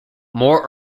moore